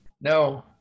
No